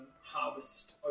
Harvest